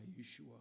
Yeshua